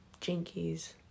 Jinkies